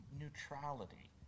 neutrality